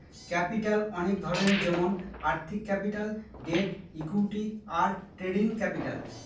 capital অনেক ধরনের যেমন আর্থিক ক্যাপিটাল, ডেট, ইকুইটি, আর ট্রেডিং ক্যাপিটাল